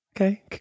Okay